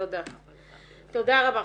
תודה רבה.